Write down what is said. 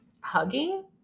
hugging